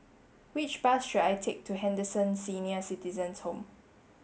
which bus should I take to Henderson Senior Citizens' Home